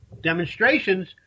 demonstrations